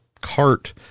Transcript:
cart